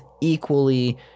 equally